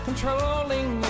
Controlling